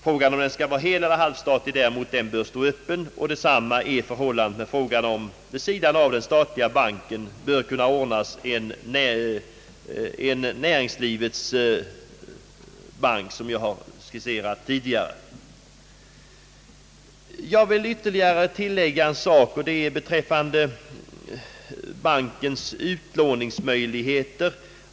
Frågan om den skall vara heleller halvstatlig bör däremot stå öppen, och detsamma är förhållandet med frågan om huruvida vid sidan av den statliga banken skall upprättas en näringslivets bank, som jag tidigare har skisserat. Jag vill ytterligare tillägga en sak beträffande bankens utlåningsmöjligheter.